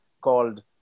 called